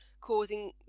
causing